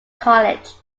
college